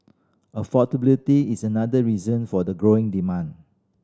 affordability is another reason for the growing demand